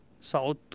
south